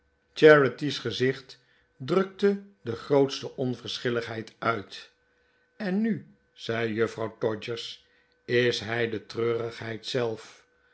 charity's gezicht drukte de grootste onverschilligheid uit en nu zei juffrouw todgers is hij de treurigheid zelf